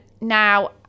now